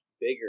bigger